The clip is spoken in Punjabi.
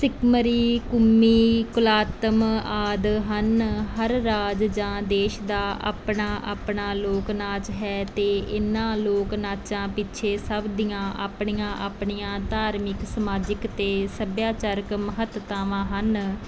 ਸਿਕਮਰੀ ਕੁਮੀ ਕੌਲਾਤਮ ਆਦਿ ਹਨ ਹਰ ਰਾਜ ਜਾਂ ਦੇਸ਼ ਦਾ ਆਪਣਾ ਆਪਣਾ ਲੋਕ ਨਾਚ ਹੈ ਅਤੇ ਇਹਨਾਂ ਲੋਕ ਨਾਚ ਪਿੱਛੇ ਸਭ ਦੀਆਂ ਆਪਣੀਆਂ ਆਪਣੀਆਂ ਧਾਰਮਿਕ ਸਮਾਜਿਕ ਅਤੇ ਸੱਭਿਆਚਾਰਕ ਮਹੱਤਤਾਵਾਂ ਹਨ